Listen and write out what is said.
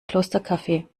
klostercafe